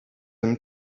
him